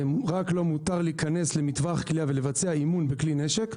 רק לו מותר להיכנס למטווח קליעה ולבצע אימון בכלי נשק,